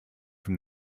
from